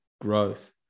growth